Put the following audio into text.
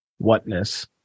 whatness